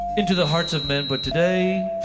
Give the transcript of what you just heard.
into the hearts of men but today,